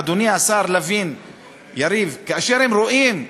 אדוני השר יריב לוין,